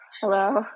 Hello